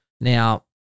Now